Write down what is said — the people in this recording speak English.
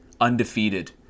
Undefeated